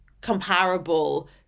comparable